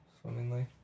swimmingly